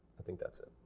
i think that's it.